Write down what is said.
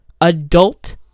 Adult